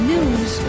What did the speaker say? News